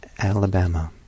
Alabama